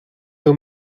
veel